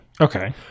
Okay